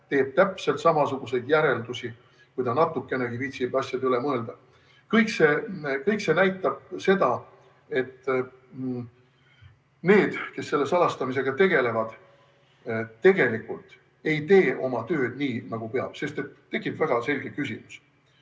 teeb täpselt samasuguseid järeldusi, kui ta natukenegi viitsib asjade üle mõelda. Kõik see näitab seda, et need, kes selle salastamisega tegelevad, tegelikult ei tee oma tööd nii, nagu peab. Tekib väga selge küsimus,